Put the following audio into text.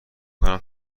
کنم